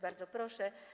Bardzo proszę.